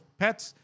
pets